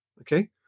Okay